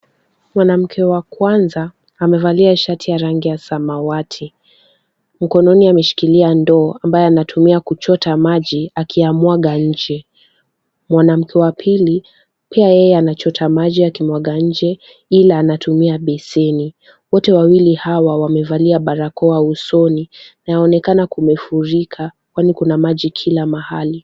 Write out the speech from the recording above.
Mwanamke wa kwanza amevalia shati ya rangi ya samawati. Mkononi ameshikilia ndoo ambayo anatumia kuchota maji akiyamwaga nje. Mwanamke wa pili, pia yeye anachota maji akimwaga nje ila anatumia beseni. Wote wawili hawa wamevalia barakoa usoni. Inaonekana kumefurika, kwani kuna maji kila mahali.